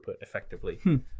effectively